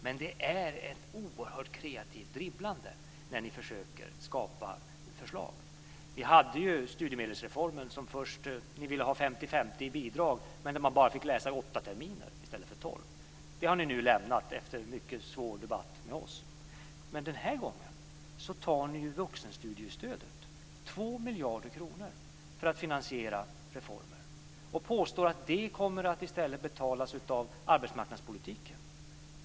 Men det är ett oerhört kreativt dribblande när ni försöker skapa förslag. Vi hade ju studiemedelsreformen där ni först ville ha 50-50 i fråga om bidragen men att man skulle få bidrag under bara åtta terminer i stället för tolv. Det har ni nu lämnat efter en mycket svår debatt med oss. Men den här gången tar ni vuxenstudiestödet - 2 miljarder kronor - för att finansiera reformer och påstår att det i stället kommer att betalas med pengar från arbetsmarknadspolitiken.